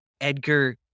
Edgar